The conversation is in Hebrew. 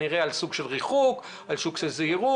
הם שומרים על סוג של השני,